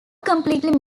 completely